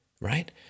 Right